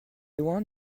loin